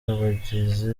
abagizi